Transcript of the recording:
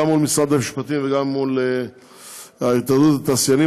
גם מול משרד המשפטים וגם מול התאחדות התעשיינים,